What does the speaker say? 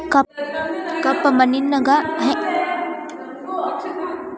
ಕಪ್ಪ ಮಣ್ಣಿಗ ನಾ ಹೆಂಗ್ ಉಪಚಾರ ಕೊಡ್ಲಿ?